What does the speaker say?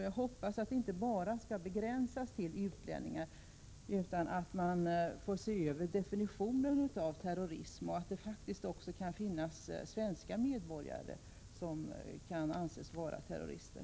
Jag hoppas att översynen inte skall begränsas till enbart utlänningar, utan att man också gör en översyn av vad som skall definieras som terrorism. Det kan ju faktiskt också finnas svenska medborgare som kan anses vara terrorister.